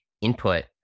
input